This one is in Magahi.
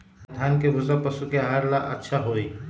या धान के भूसा पशु के आहार ला अच्छा होई?